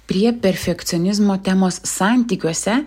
prie perfekcionizmo temos santykiuose